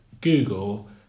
Google